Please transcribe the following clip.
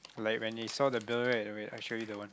like when he saw the bill right wait I show you the one